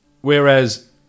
whereas